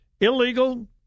Illegal